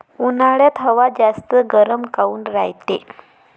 उन्हाळ्यात हवा जास्त गरम काऊन रायते?